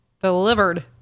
Delivered